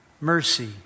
mercy